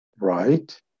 right